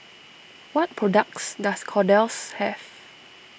what products does Kordel's have